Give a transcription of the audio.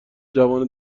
جوان